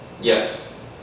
Yes